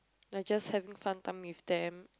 like just having fun time with them